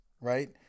right